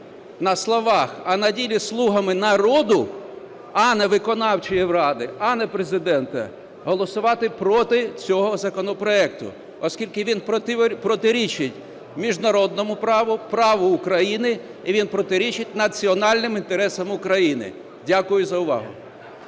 на словах, а на ділі слугами народу, а не виконавчої ради, а не Президента, голосувати проти цього законопроекту, оскільки він протирічить міжнародному праву, праву України, і він протирічить національним інтересам України. Дякую за увагу.